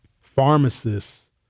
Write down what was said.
Pharmacists